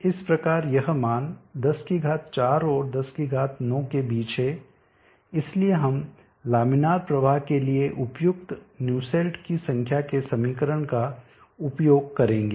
इस प्रकार यह मान 104 और 109 के बीच है इसलिए हम लामिनार प्रवाह के लिए उपयुक्त न्यूसेल्ट की संख्या के समीकरण का उपयोग करेंगे